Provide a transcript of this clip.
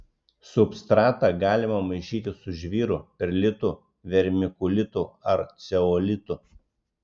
substratą galima maišyti su žvyru perlitu vermikulitu ar ceolitu